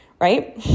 right